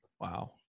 Wow